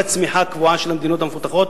הצמיחה הקבועה של המדינות המפותחות.